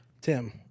Tim